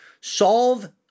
solve